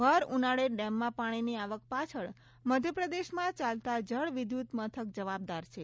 ભર ઉનાળે ડેમમાં પાણીની આવક પાછળ મધ્યપ્રદેશમાં ચાલતા જળ વિદ્યુત મથક જવાબદાર છે